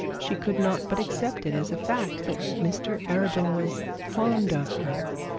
she could not but accept it as a fact that mr arabin was fond of her